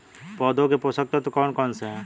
पौधों के पोषक तत्व कौन कौन से हैं?